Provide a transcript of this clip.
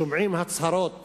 שומעים הצהרות